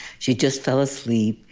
she just fell asleep,